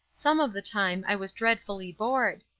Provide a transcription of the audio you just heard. some of the time i was dreadfully bored.